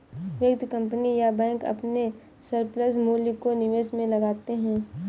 व्यक्ति, कंपनी या बैंक अपने सरप्लस मूल्य को निवेश में लगाते हैं